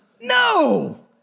No